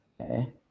Okay